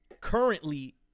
currently